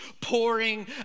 pouring